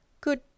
good